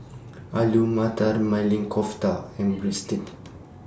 Alu Matar Maili Kofta and Breadsticks